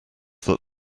that